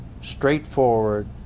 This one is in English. straightforward